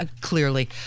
Clearly